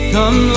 Come